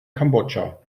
kambodscha